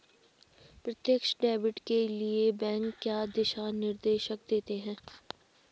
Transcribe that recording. प्रत्यक्ष डेबिट के लिए बैंक क्या दिशा निर्देश देते हैं?